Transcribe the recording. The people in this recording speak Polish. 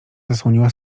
zasłoniła